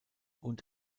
und